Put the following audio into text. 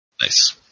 Nice